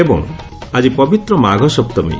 ଏବଂ ଆଜି ପବିତ୍ର ମାଘ ସପ୍ତମୀ